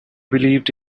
believed